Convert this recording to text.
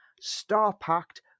star-packed